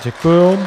Děkuji.